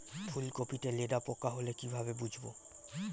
ফুলকপিতে লেদা পোকা হলে কি ভাবে বুঝবো?